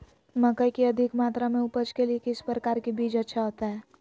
मकई की अधिक मात्रा में उपज के लिए किस प्रकार की बीज अच्छा होता है?